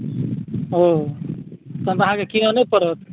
ओ तहन तऽ अहाँके कीनऽ नहि पड़त